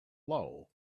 low